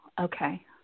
Okay